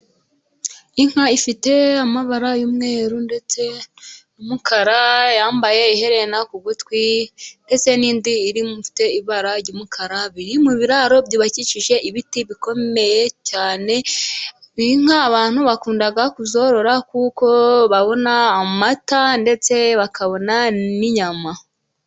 Inka ifite amabara y'umweru ndetse n'umukara ,yambaye iherena ku gutwi ndetse n'indi irimo ifite ibara ry'umukara, biri mu biraro byubakikije ibiti bikomeye cyane, kubera ko abantu bakunda kuzorora ,kuko babona amata ndetse bakabona n'inyama.